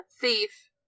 thief